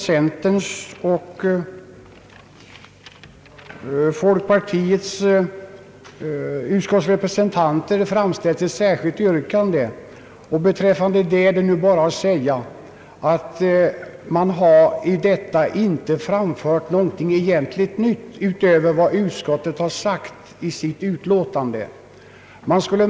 Centerns och folkpartiets representanter i utskottet har emellertid avgivit ett särskilt yttrande, och beträffande det är bara att säga att där inte framförs något egentligt nytt utöver vad utskottet har sagt i sitt utlåtande.